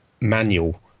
manual